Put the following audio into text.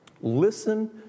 Listen